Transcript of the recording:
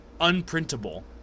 Unprintable